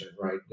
right